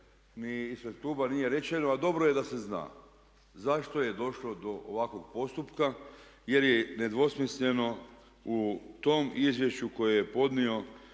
ni ispred kluba nije rečeno a dobro je da se zna zašto je došlo do ovakvog postupka jer je nedvosmisleno u tom izvješću koje je podnio